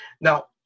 Now